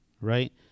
right